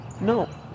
No